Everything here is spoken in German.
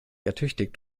ertüchtigt